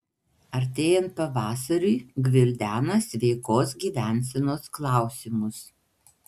artėjant pavasariui gvildena sveikos gyvensenos klausimus